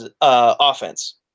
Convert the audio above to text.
offense